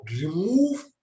remove